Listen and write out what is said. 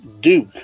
Duke